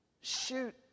shoot